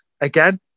again